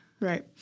Right